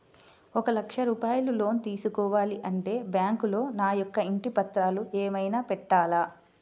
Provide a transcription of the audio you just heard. ఒక లక్ష రూపాయలు లోన్ తీసుకోవాలి అంటే బ్యాంకులో నా యొక్క ఇంటి పత్రాలు ఏమైనా పెట్టాలా?